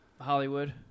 Hollywood